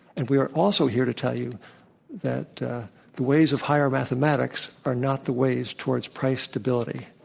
and we are also here to tell you that the ways of higher mathematics are not the ways towards price stability.